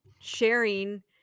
sharing